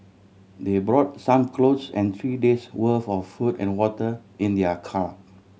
they brought some clothes and three days' worth of food and water in their car